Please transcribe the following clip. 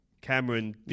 Cameron